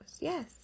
yes